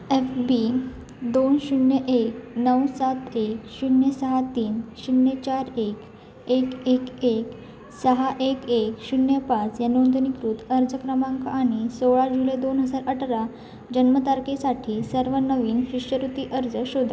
F B दोन शून्य एक नऊ सात एक शून्य सहा तीन शून्य चार एक एक एक एक सहा एक एक शून्य पाच या नोंदणीकृत अर्ज क्रमांक आणि सोळा जुलै दोन हजार अठरा जन्मतारखेसाठी सर्व नवीन शिष्यवृत्ती अर्ज शोधा